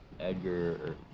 Edgar